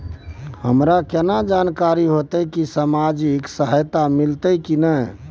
हमरा केना जानकारी होते की सामाजिक सहायता मिलते की नय?